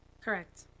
Correct